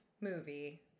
movie